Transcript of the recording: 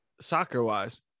soccer-wise